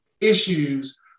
issues